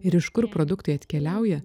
ir iš kur produktai atkeliauja